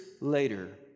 later